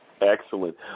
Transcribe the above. Excellent